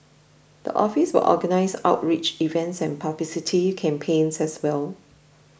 the office will organise outreach events and publicity campaigns as well